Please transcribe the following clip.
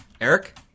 Eric